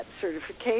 certification